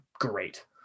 great